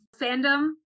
fandom